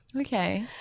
Okay